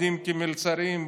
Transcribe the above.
שעובדים כמלצרים,